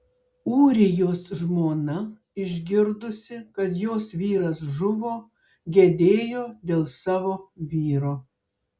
ūrijos žmona išgirdusi kad jos vyras žuvo gedėjo dėl savo vyro